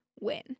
win